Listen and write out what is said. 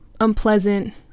unpleasant